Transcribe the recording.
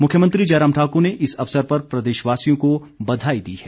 मुख्यमंत्री जयराम ठाक्र ने इस अवसर पर प्रदेशवासियों को बधाई दी है